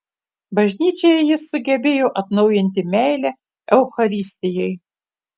bažnyčioje jis sugebėjo atnaujinti meilę eucharistijai